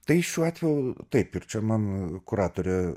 tai šiuo atveju taip ir čia mano kuratorė